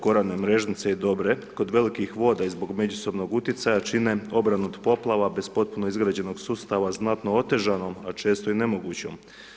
Korane, Mrežnice i Dobre kod velikih voda i zbog međusobnog utjecaja čine obranu od poplava bez potpuno izgrađenog sustava znatno otežanom, a često i nemogućom.